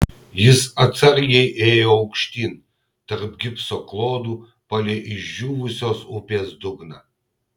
jis atsargiai ėjo aukštyn tarp gipso klodų palei išdžiūvusios upės dugną